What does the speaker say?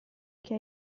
che